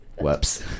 Whoops